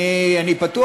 אני פתוח.